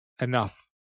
Enough